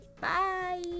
Bye